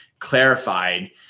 Clarified